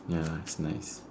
ya is nice